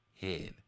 head